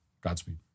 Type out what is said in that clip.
Godspeed